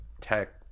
tech